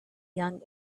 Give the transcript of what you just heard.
young